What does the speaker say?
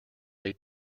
they